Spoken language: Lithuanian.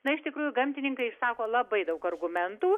na iš tikrųjų gamtininkai išsako labai daug argumentų